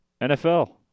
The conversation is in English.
NFL